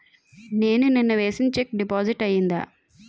నేను నిన్న వేసిన చెక్ డిపాజిట్ అయిందా?